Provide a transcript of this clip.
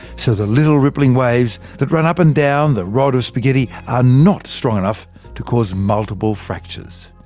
so the little rippling waves that run up and down the rod of spaghetti are not strong enough to cause multiple fractures.